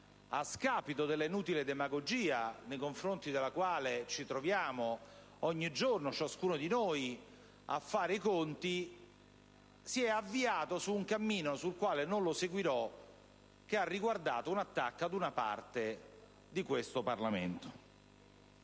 a scapito della inutile demagogia con la quale ogni giorno ciascuno di noi si trova a fare i conti, si è avviato su un cammino - sul quale non lo seguirò - che ha riguardato un attacco ad una parte di questo Parlamento.